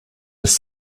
his